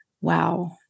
Wow